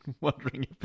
wondering